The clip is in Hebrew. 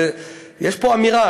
יש פה אמירה.